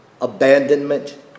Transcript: abandonment